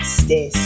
stay